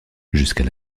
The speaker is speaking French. jusqu’à